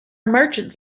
merchants